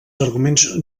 arguments